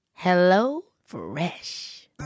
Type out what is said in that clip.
HelloFresh